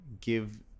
give